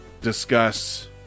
discuss